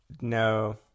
No